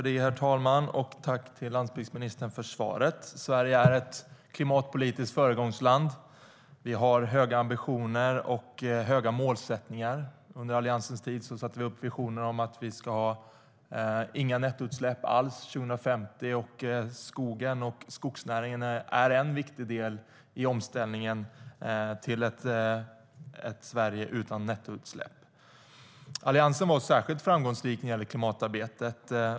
Herr talman! Jag tackar landsbygdsministern för svaret. Sverige är ett klimatpolitiskt föregångsland. Vi har höga ambitioner och höga målsättningar. Under Alliansens tid satte vi upp visionen om att vi inte ska ha några nettoutsläpp alls 2050. Skogen och skogsnäringen är en viktig del i omställningen till ett Sverige utan nettoutsläpp. Alliansen var särskilt framgångsrik i klimatarbetet.